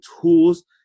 tools